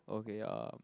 okay um